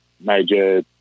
major